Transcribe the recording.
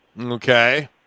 Okay